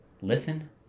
listen